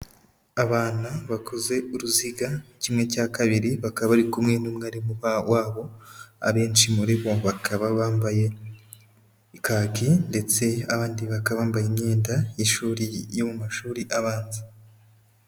Abana bakoze uruziga kimwe cya kabiri bakaba bari kumwe n'umwarimu wabo, abenshi muri bo bakaba bambaye kaki ndetse abandi bakaba bambaye imyenda y'ishuri yo mu mashuri abanza.